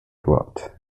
dropped